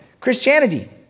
Christianity